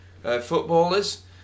footballers